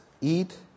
eat